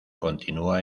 continúa